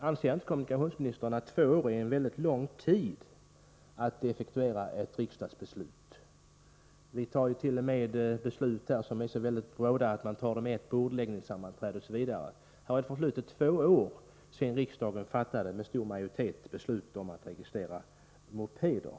Anser inte kommunikationsministern att två år är en lång tid när det gäller att effektuera ett riksdagsbeslut? Vi fattar ju beslut i ärenden som är så brådskande att de behandlas efter endast ett bordläggningssammanträde. Det har ju förflutit två år sedan riksdagen med stor majoritet fattade beslutet om att registrera mopeder.